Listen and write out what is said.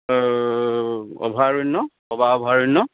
অভয়াৰণ্য পবা অভয়াৰণ্য